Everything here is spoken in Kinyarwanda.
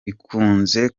ikunze